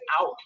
out